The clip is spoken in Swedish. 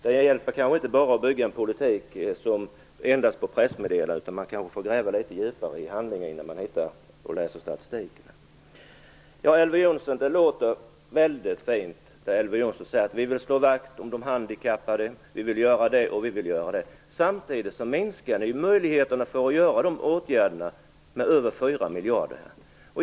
Det hjälper kanske inte bara att bygga en politik endast på pressmeddelanden, utan man kanske får gräva litet djupare i handlingarna och läsa statistiken. Ja, det låter väldigt fint när Elver Jonsson säger: Vi vill slå vakt om de handikappade, vi vill göra det och vi vill göra det. Men samtidigt minskar ju möjligheterna att vidta dessa åtgärder genom nedskärningarna på över 4 miljarder kronor.